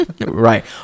Right